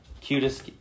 Cutest